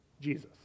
Jesus